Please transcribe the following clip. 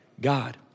God